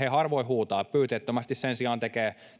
he harvoin huutavat. Pyyteettömästi sen sijaan tekevät